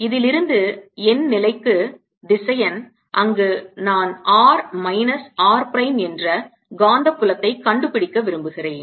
இதிலிருந்து என் நிலைக்கு திசையன் அங்கு நான் r மைனஸ் r பிரைம் என்ற காந்தப் புலத்தைக் கண்டுபிடிக்க விரும்புகிறேன்